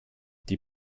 die